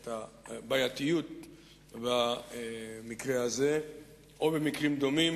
את הבעייתיות במקרה הזה או במקרים דומים.